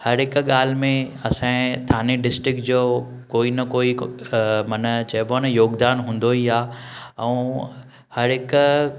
हर हिक ॻाल्हि में असां जे थाने डिस्टिक जो कोई न कोई माना चइबो आहे न योगदान हूंदो ई आहे ऐं हर हिक